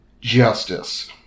justice